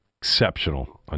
Exceptional